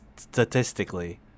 statistically